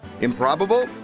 Improbable